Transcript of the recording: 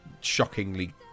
shockingly